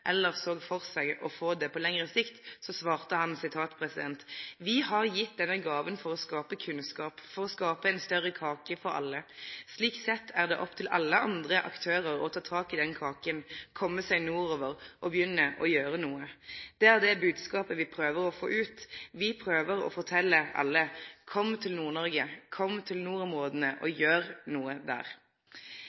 eller såg for seg å få det på lengre sikt, svarte han: «Vi har gitt denne gaven for å skape kunnskap, for å skape en større kake for alle. Slik sett er det opp til alle andre aktører å ta tak i den kaken, komme seg nordover og begynne å gjøre noe. Det er det budskapet vi prøver å få ut. Vi prøver å fortelle alle: Kom til Nord-Norge, kom til nordområdene og gjør noe der!